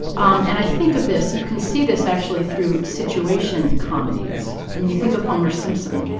um and i think of this you can see this, actually, through situation comedies. i mean, you think of homer simpson.